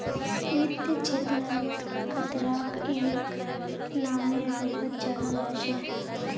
वित्त क्षेत्रत खतराक एक नामेर रूपत जाना जा छे